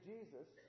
Jesus